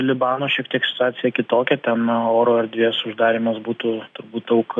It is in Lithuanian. libano šiek tik situacija kitokia ten oro erdvės uždarymas būtų turbūt daug